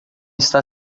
está